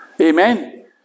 Amen